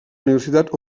universitat